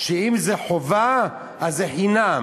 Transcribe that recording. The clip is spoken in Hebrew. שאם זו חובה אז זה חינם,